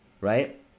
right